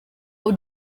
ubu